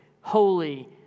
holy